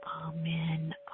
Amen